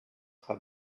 have